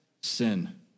sin